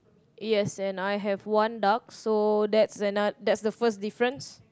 yes and I have one duck so that's ano~ that's the first difference